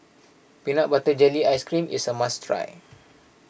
Peanut Butter Jelly Ice Cream is a must try